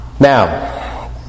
Now